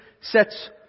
sets